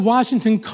Washington